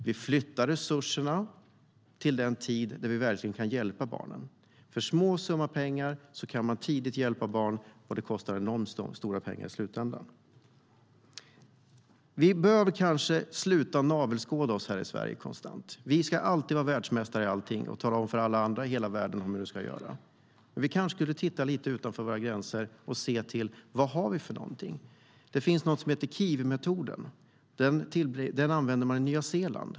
Vi flyttar resurserna till den tid då vi verkligen kan hjälpa barnen. För en liten summa pengar kan vi tidigt hjälpa barn som annars kostar en enorm summa pengar längre fram. Sverige bör sluta med sin konstanta navelskådning. Vi ska alltid vara världsmästare i allt och tala om för alla andra i hela världen hur de ska göra. Men vi kanske borde titta utanför våra gränser och se vad som finns. På Nya Zeeland har man Kiwimetoden.